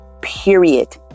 period